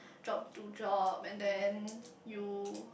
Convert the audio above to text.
job to job and then you